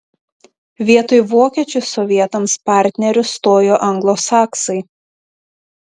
vietoj vokiečių sovietams partneriu stojo anglosaksai